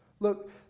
Look